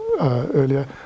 earlier